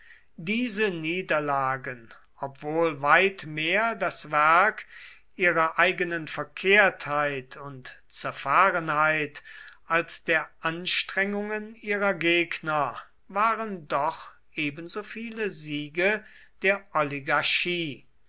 diese niederlagen obwohl weit mehr das werk ihrer eigenen verkehrtheit und zerfahrenheit als der anstrengungen ihrer gegner waren doch ebensoviele siege der oligarchie